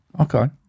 Okay